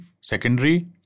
secondary